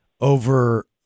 over